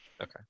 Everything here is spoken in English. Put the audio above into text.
okay